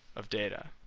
of data.